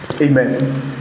Amen